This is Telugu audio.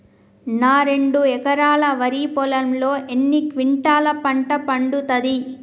నా రెండు ఎకరాల వరి పొలంలో ఎన్ని క్వింటాలా పంట పండుతది?